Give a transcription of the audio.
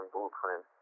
Blueprint